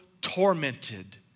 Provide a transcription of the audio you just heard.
tormented